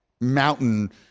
mountain